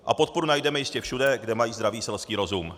A podporu najdeme jistě všude, kde mají zdravý selský rozum.